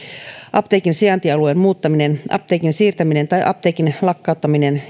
apteekin sijaintialueen muuttaminen apteekin siirtäminen tai apteekin lakkauttaminen